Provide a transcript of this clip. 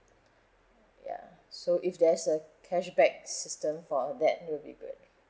ya so if there's a cashback system for that will be great